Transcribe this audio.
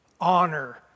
Honor